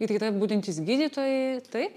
ir yra budintys gydytojai taip